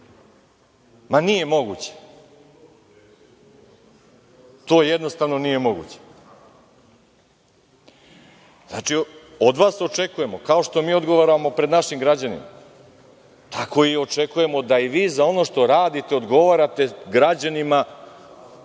Ma, nije moguće. To jednostavno nije moguće. Znači, od vas očekujemo, kao što mi odgovaramo pred našim građanima, tako i očekujemo da i vi za ono što radite odgovarate građanima